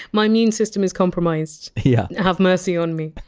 my immune system is compromised, yeah have mercy on me.